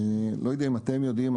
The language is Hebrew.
אני לא יודע אם אתם יודעים,